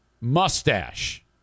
mustache